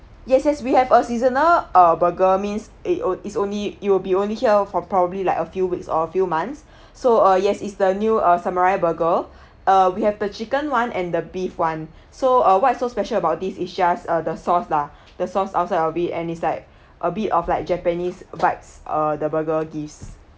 yes yes we have a seasonal err burger means it is only it will be only here for probably like a few weeks or a few months so uh yes is the new err samurai burger err we have the chicken one and the beef one so uh what is so special about this is just err the sauce lah the sauce outside of the beef and is like a bit of like japanese vibes err the burger gives